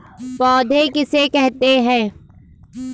पौध किसे कहते हैं?